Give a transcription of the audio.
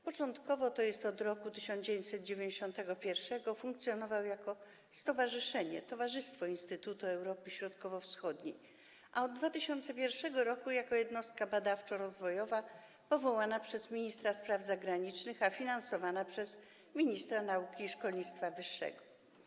Początkowo, tj. od roku 1991, funkcjonował jako stowarzyszenie, Towarzystwo Instytutu Europy Środkowo-Wschodniej, a od 2001 r. jako jednostka badawczo-rozwojowa powołana przez ministra spraw zagranicznych, a finansowana przez ministra nauki i szkolnictwa wyższego.